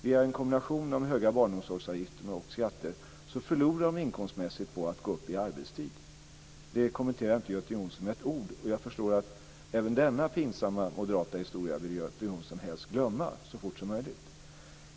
Via en kombination av höga barnomsorgsavgifter och skatter förlorar de inkomstmässigt på att gå upp i arbetstid. Det kommenterade inte Göte Jonsson med ett ord, och jag förstår att även denna pinsamma moderata historia vill Göte Jonsson helst glömma så fort som möjligt.